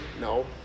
No